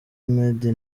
meddie